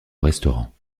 restaurant